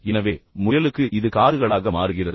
எனவே முயலுக்கு இது காதுகளாக மாறுகிறது